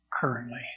currently